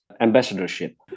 ambassadorship